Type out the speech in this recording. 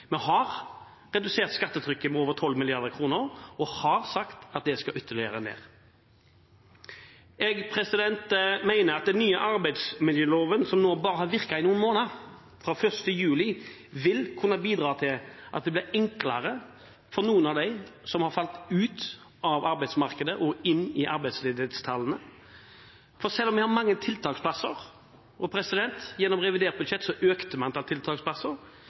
Vi har redusert skattetrykket med over 12 mrd. kr og har sagt at det skal ytterligere ned. Jeg mener at den nye arbeidsmiljøloven, som nå bare har virket i noen måneder, fra 1. juli, vil kunne bidra til at det blir enklere for noen av dem som har falt ut av arbeidsmarkedet og inn i arbeidsledighetstallene, for selv om vi har mange tiltaksplasser – og gjennom revidert budsjett økte vi antall tiltaksplasser